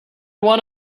want